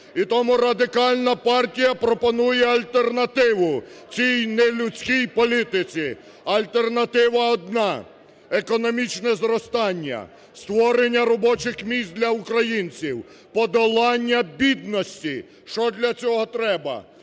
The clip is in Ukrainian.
І тому Радикальна партія пропонує альтернативу цій нелюдській політиці. Альтернатива одна – економічне зростання, створення робочих місць для українців, подолання бідності. Що для цього треба?